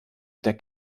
der